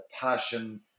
passion